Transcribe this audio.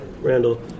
Randall